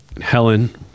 Helen